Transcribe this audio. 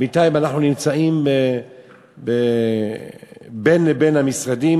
בינתיים אנחנו נמצאים בין לבין המשרדים.